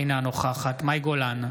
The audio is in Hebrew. אינה נוכחת מאי גולן,